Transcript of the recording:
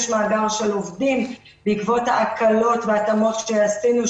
יש מאגר של עובדים בעקבות ההקלות וההתאמות שעשינו,